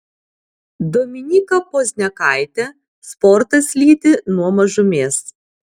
dominyką pozniakaitę sportas lydi nuo mažumės